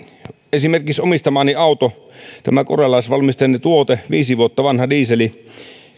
esimerkiksi omistamaani autoa tämä korealaisvalmisteinen tuote viisi vuotta vanha diesel